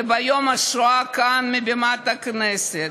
וביום השואה כאן מבימת הכנסת,